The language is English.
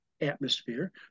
atmosphere